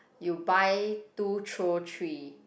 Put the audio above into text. you buy two throw three